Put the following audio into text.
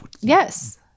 yes